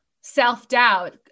self-doubt